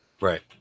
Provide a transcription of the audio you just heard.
right